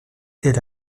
est